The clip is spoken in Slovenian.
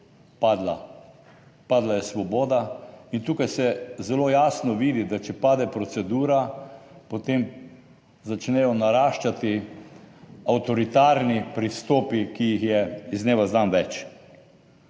padla, padla je svoboda. Tukaj se zelo jasno vidi, da če pade procedura potem začnejo naraščati avtoritarni pristopi, ki jih je iz dneva v dan več.